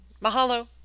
Mahalo